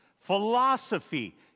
philosophy